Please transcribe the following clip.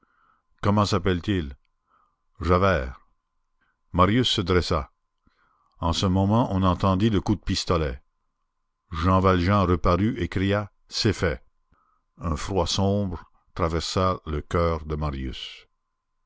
comment s'appelle-t-il javert marius se dressa en ce moment on entendit le coup de pistolet jean valjean reparut et cria c'est fait un froid sombre traversa le coeur de marius